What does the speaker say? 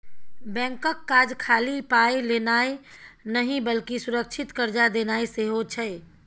बैंकक काज खाली पाय लेनाय नहि बल्कि सुरक्षित कर्जा देनाय सेहो छै